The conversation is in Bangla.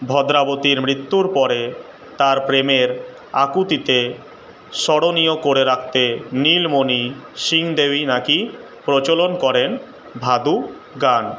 ভদ্রাবতীর মৃত্যুর পরে তার প্রেমের আকুতিকে স্মরণীয় করে রাখতে নীলমণি সিং দেবই নাকি প্রচলিত করেন ভাদু গান